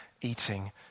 eating